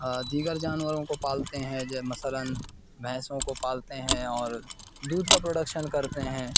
دیگر جانوروں کو پالتے ہیں مثلاً بھینسوں کو پالتے ہیں اور دودھ کا پروڈکشن کرتے ہیں